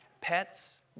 pets